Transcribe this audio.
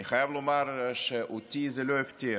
אני חייב לומר שאותי זה לא הפתיע.